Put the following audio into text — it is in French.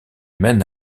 mène